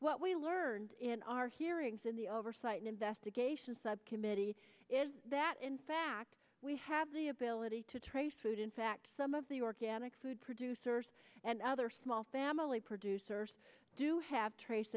what we learned in our hearings in the oversight investigation subcommittee is that in fact we have the ability to trace food in fact some of the organic food producers and other small family producers do have trace